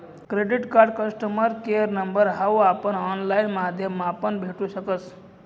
credit card customer care number हाऊ आपण online माध्यमापण भेटू शकस